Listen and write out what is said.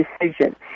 decision